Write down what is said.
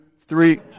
three